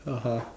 (uh huh)